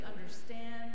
understand